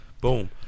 Boom